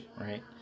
right